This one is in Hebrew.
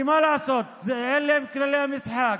כי מה לעשות, אלה הם כללי המשחק.